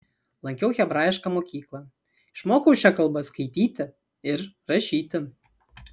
lankiau hebrajišką mokyklą išmokau šia kalba skaityti ir rašyti